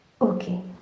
Okay